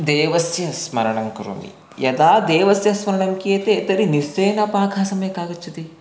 देवस्य स्मरणं करोमि यदा देवस्य स्मरणं क्रियते तर्हि निश्चयेन पाकः सम्यक् आगच्छति